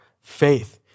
faith